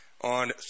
on